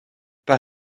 par